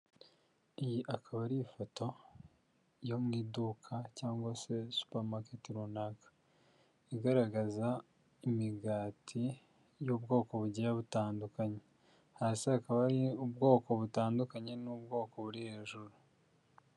Iyi akaba ari ifoto yo mu iduka cyangwa se supamaketi runaka, igaragaza imigati y'ubwoko bugiye butandukanye, hasi hakaba hari ubwoko butandukanye n'ubwoko buri hejuru.